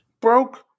broke